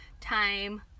time